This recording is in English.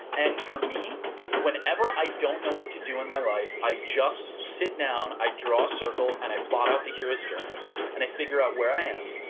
and for me whenever i don't know what to do in my life i just sit down, i draw a circle and i plod out the hero's journey and i figure out where i am.